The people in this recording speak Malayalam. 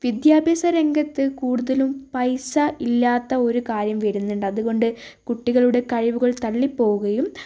വിദ്യാഭ്യാസ രംഗത്ത് കൂടുതലും പൈസ ഇല്ലാത്ത ഒരു കാര്യം വരുന്നുണ്ട് അതുകൊണ്ട് കുട്ടികളുടെ കഴിവുകൾ തള്ളിപ്പോവുകയും